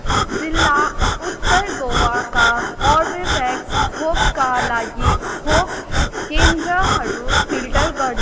जिल्ला उत्तर गोवाका कर्बेभ्याक्स खोपका लागि खोप केन्द्रहरू फिल्टर गर्नु